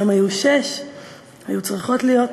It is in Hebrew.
היום היו צריכות להיות שש.